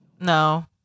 No